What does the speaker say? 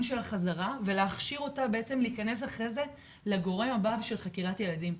שלה חזרה ולהכשיר אותה להיכנס אחרי זה לגורם הבא בשביל חקירת ילדים,